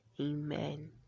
amen